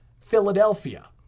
Philadelphia